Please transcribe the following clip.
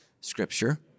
scripture